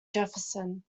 jefferson